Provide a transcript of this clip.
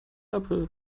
april